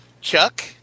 Chuck